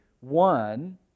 one